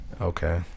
okay